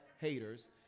haters